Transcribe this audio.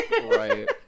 Right